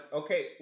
okay